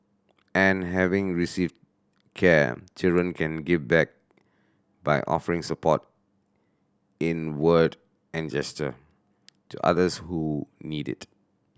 and having received care children can give back by offering support in word and gesture to others who need it